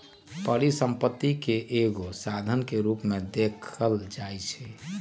परिसम्पत्ति के एगो साधन के रूप में देखल जाइछइ